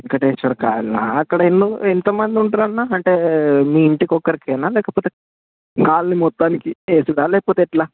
వేంకటేశ్వర కాలనా అక్కడ ఇల్లు ఎంతమంది ఉంటున్నారు అన్న అంటే మీ ఇంటికొక్కరికేనా లేకపోతే కాలనీ మొత్తానికా వేసేదా లేకపోతే ఎలా